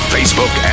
Facebook